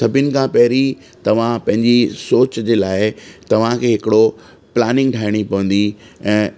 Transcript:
सभिनी खां पहिरीं तव्हां पंहिंजी सोच जे लाइ तव्हांखे हिकिड़ो प्लानिंग ठाहिणी पवंदी ऐं